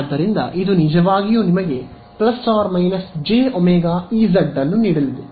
ಆದ್ದರಿಂದ ಇದು ನಿಜವಾಗಿಯೂ ನಿಮಗೆ ± jω0Ez ಅನ್ನು ನೀಡಲಿದೆ